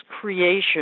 creation